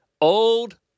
old